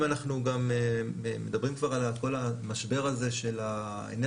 אם אנחנו גם מדברים כבר על כל המשבר הזה של האנרגיה